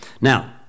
Now